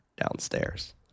downstairs